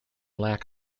lack